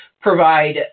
provide